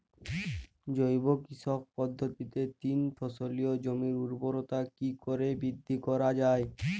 জৈব কৃষি পদ্ধতিতে তিন ফসলী জমির ঊর্বরতা কি করে বৃদ্ধি করা য়ায়?